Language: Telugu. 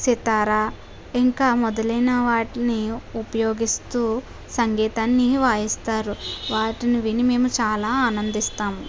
సితార్ ఇంకా మొదలైన వాటిని ఉపయోగిస్తు సంగీతాన్ని వాయిస్తారు వాటిని విని మేము చాలా ఆనందిస్తాం